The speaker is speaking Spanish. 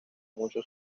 mucho